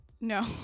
No